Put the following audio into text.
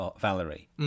Valerie